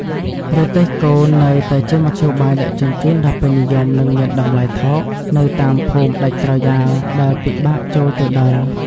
រទេះគោ នៅតែជាមធ្យោបាយដឹកជញ្ជូនដ៏ពេញនិយម និងមានតម្លៃថោកនៅតាមភូមិដាច់ស្រយាល ដែលពិបាកចូលទៅដល់។